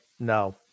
No